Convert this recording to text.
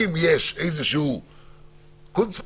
אם יש איזשהו קונץ,